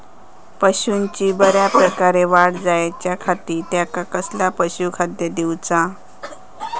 पशूंची बऱ्या प्रकारे वाढ जायच्या खाती त्यांका कसला पशुखाद्य दिऊचा?